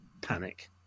panic